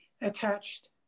attached